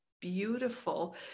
beautiful